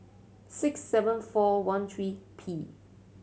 six seven four one three P